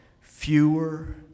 fewer